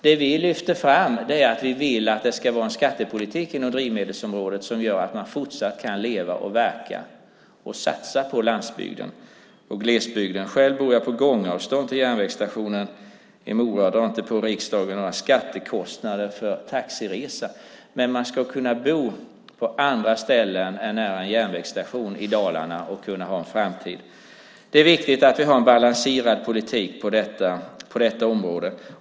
Det vi lyfte fram är att vi vill att det ska vara en skattepolitik inom drivmedelsområdet som gör att man fortsatt kan leva, verka och satsa på landsbygden och i glesbygden. Själv bor jag på gångavstånd från järnvägsstationen i Mora och drar inte på riksdagen några skattekostnader för taxiresa. Men man ska kunna bo på andra ställen än nära en järnvägsstation i Dalarna och kunna ha en framtid. Det är viktigt att vi har en balanserad politik på detta område.